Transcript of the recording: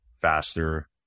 faster